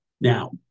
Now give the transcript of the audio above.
Now